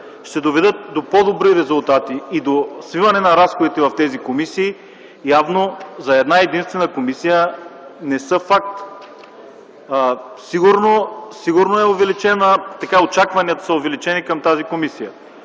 ще доведат до по-добри резултати и до свиване на разходите в тези комисии, явно за една-единствена комисия не са факт. Сигурно очакванията са увеличени към тази комисия,